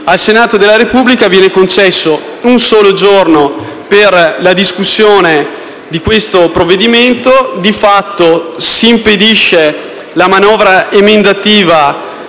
Al Senato della Repubblica, quindi, viene concesso un solo giorno per la discussione di questo provvedimento e di fatto si impedisce la manovra emendativa,